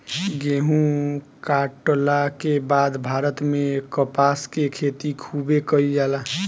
गेहुं काटला के बाद भारत में कपास के खेती खूबे कईल जाला